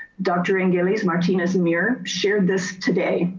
dr. anne gillies martinez and mira shared this today.